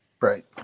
Right